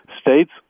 states